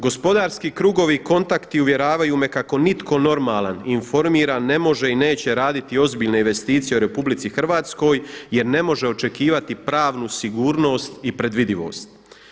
Gospodarski krugovi i kontakti uvjeravaju me kako nitko normalan i informiran ne može i neće raditi ozbiljne investicije u RH jer ne može očekivati pravu sigurnost i predvidivost.